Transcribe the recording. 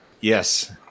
Yes